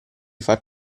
far